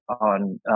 on